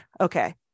okay